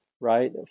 Right